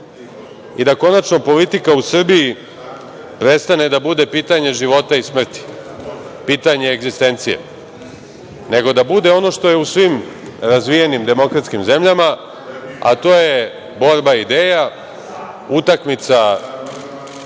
i da konačno politika u Srbiji prestane da bude pitanje života i smrti, pitanje egzistencije, nego da bude ono što je u svim razvijenim demokratskim zemljama, a to je borba ideja, utakmica onih